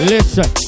Listen